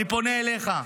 אני פונה אליך,